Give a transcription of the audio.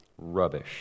rubbish